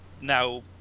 now